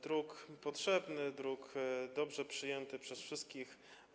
Druk potrzebny, druk dobrze przyjęty przez wszystkich.